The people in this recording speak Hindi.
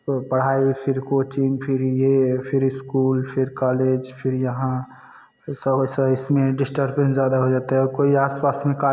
पढ़ाई फ़िर कोचिंग फ़िर यह फ़िर स्कूल फ़िर कॉलेज फ़िर यहाँ ऐसा वैसा इसमें डिस्टरबेंस ज़्यादा हो जाता है कोई आसपास में काल